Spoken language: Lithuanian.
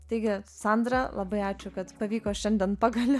taigi sandra labai ačiū kad pavyko šiandien pagaliau